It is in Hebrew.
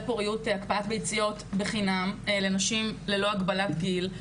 פוריות והקפאת ביציות בחינם לנשים ללא הגבלת גיל,